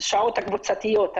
השעות הקבוצתיות,